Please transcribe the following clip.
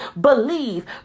Believe